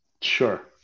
Sure